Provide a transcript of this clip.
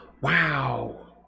Wow